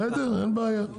בסדר, אין בעיה.